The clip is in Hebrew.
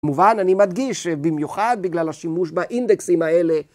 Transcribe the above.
מובן, אני מדגיש במיוחד בגלל השימוש באינדקסים האלה